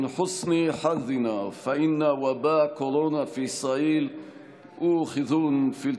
למזלנו הטוב, מגפת הקורונה בישראל דועכת,